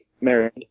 married